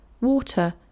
water